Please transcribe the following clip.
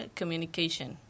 communication